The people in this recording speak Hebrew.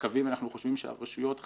המעקבים, אנחנו חושבים שהרשות חייבת